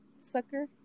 sucker